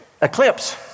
eclipse